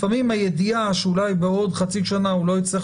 לפעמים הידיעה שאולי בעוד חצי שנה הוא לא יצטרך